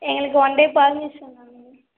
எங்களுக்கு one day permission வேணும் ma'am